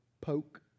Poke